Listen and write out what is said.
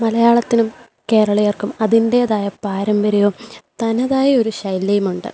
മലയാളത്തിനും കേരളീയർക്കും അതിൻ്റേതായ പാരമ്പര്യവും തനതായൊരു ശൈലിയുമുണ്ട്